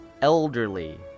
elderly